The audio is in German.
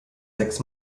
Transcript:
sechs